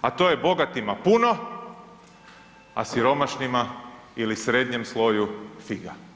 a to je bogatima puno, a siromašnima ili srednjem sloju figa.